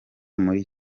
muri